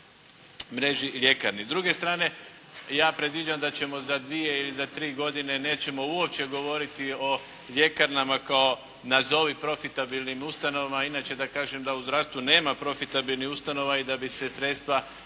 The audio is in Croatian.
mreži ljekarne. S druge strane ja predviđam da ćemo za dvije ili tri godine nećemo uopće govoriti o ljekarnama kao nazovi profitabilnim ustanovama, inače da kažem da u zdravstvu nema profitabilnih ustanova i da bi se sredstva